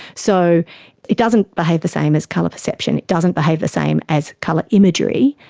so it doesn't behave the same as colour perception. it doesn't behave the same as colour imagery.